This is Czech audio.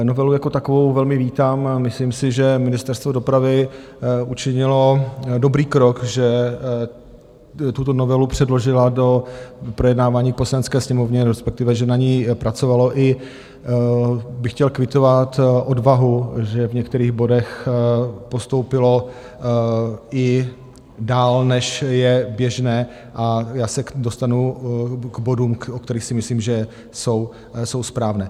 Novelu jako takovou velmi vítám, myslím si, že Ministerstvo dopravy učinilo dobrý krok, že tuto novelu předložilo do projednávání v Poslanecké sněmovně, respektive že na ní pracovalo chtěl bych kvitovat i odvahu, že v některých bodech postoupilo i dál, než je běžné, a já se dostanu k bodům, o kterých si myslím, že jsou správné.